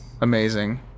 Amazing